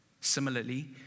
Similarly